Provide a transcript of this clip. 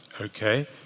okay